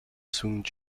sung